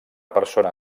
persona